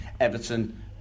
Everton